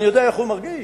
אני יודע איך הוא מרגיש.